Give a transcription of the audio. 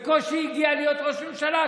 בקושי הגיע להיות ראש ממשלה,